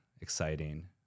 Exciting